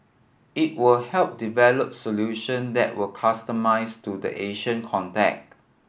it will help develop solution that were customised to the Asian context